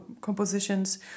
compositions